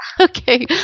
Okay